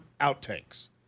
outtakes